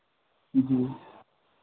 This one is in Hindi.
जी